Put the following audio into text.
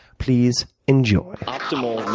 please enjoy. ah